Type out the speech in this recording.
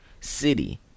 city